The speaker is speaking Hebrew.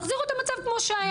תחזירו את המצב כמו שהיה.